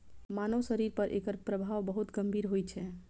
मानव शरीर पर एकर प्रभाव बहुत गंभीर होइ छै